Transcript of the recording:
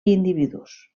individus